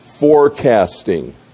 forecasting